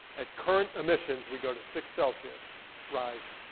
at current emissions, we go to six celsius rise,